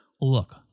look